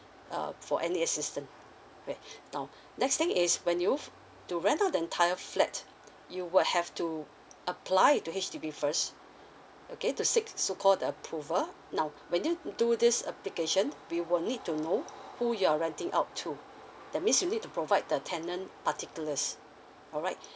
uh for any assistance alright now next thing is when you've to rent out the entire flat you would have to apply it to H_D_B first okay to seek so called the approval now when you do this application we will need to know who you're renting out to that means you need to provide the tenant particulars alright